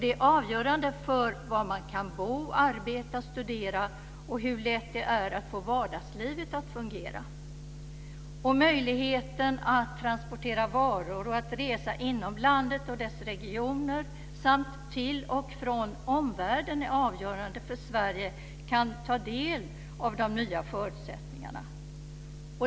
Det är avgörande för var man kan bo, arbeta och studera och hur lätt det är att få vardagslivet att fungera. Möjligheten att transportera varor och att resa inom landet och dess regioner samt till och från omvärlden är avgörande för att Sverige ska kunna ta del av de nya förutsättningarna.